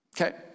Okay